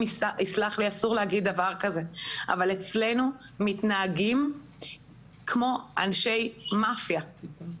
יסלח לי כי אסור להגיד דבר כזה אבל אצלנו מתנהגים כמו אנשי מאפיה.